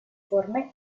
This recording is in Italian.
forme